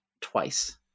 twice